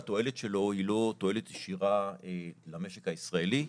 התועלת שלו היא לא תועלת ישירה למשק הישראלי,